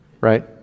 right